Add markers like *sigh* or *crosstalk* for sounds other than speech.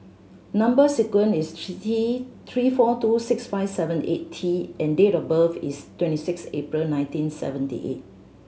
number sequence is *unintelligible* T Three four two six five seven eight T and date of birth is twenty six April nineteen seventy eight